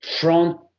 front